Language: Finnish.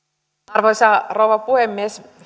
arvoisa rouva puhemies